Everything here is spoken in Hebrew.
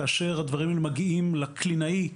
כאשר הדברים האלה מגיעים לקלינאי,